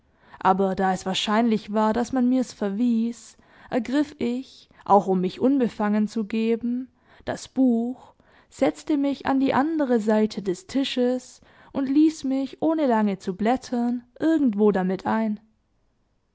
aber da es wahrscheinlich war daß man mirs verwies ergriff ich auch um mich unbefangen zu geben das buch setzte mich an die andere seite des tisches und ließ mich ohne lange zu blättern irgendwo damit ein